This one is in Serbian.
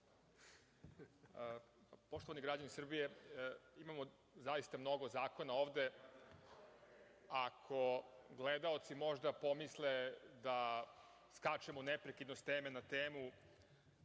Poštovani građani Srbije, imamo zaista mnogo zakona ovde. Ako gledaoci možda pomisle da skačemo neprekidno sa teme na temu,